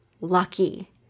lucky